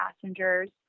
passengers